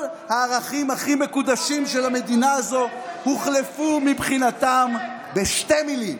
כל הערכים הכי מקודשים של המדינה הזו הוחלפו מבחינתם בשתי מילים: